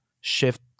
Shift